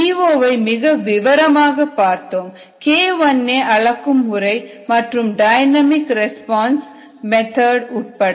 DO வை மிக விவரமாகப் பார்த்தோம் K1a அளக்கும் முறை மற்றும் டைனமிக் ரெஸ்பான்ஸ் மெத்தட் உட்பட